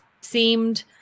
seemed